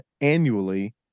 annually